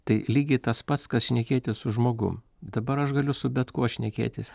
tai lygiai tas pats kas šnekėtis su žmogum dabar aš galiu su bet kuo šnekėtis